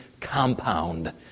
compound